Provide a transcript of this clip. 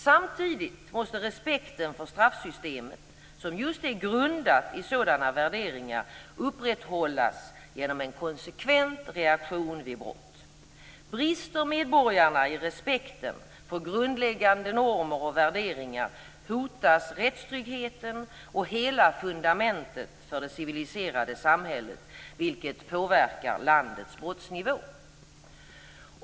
Samtidigt måste respekten för straffsystemet, som just är grundat i sådana värderingar, upprätthållas genom en konsekvent reaktion vid brott. Brister medborgarna i respekten för grundläggande normer och värderingar hotas rättstryggheten och hela fundamentet för det civiliserade samhället, vilket påverkar landets brottsnivå.